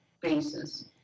basis